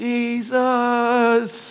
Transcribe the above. Jesus